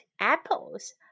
apples